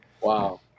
Wow